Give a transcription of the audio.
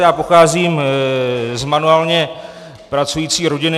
Já pocházím z manuálně pracující rodiny.